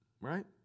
Right